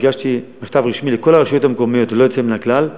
הגשתי מכתב רשמי לכל הרשויות המקומיות ללא יוצא מן הכלל,